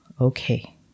okay